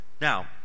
Now